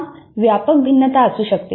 पुन्हा व्यापक भिन्नता असू शकते